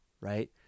right